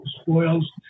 spoils